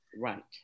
Right